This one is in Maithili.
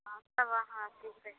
हमसब अहाँ सीखैत छी